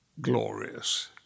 glorious